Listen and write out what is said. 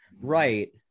right